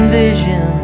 vision